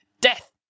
Death